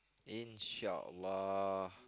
Insha Allah